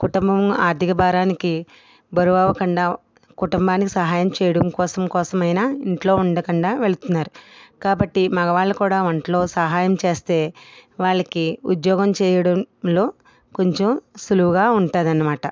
కుటుంబం ఆర్థిక భారానికి బరువు అవ్వకండా కుటుంబానికి సహాయం చేయడం కోసం కోసమైనా ఇంట్లో ఉండకుండా వెళ్తున్నారు కాబట్టి మగవాళ్ళు కూడా వంటలో సహాయం చేస్తే వాళ్ళకి ఉద్యోగం చేయడంలో కొంచెం సులువగా ఉంటుంది ఆన్నమాట